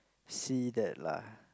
see that lah